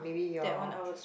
that one I was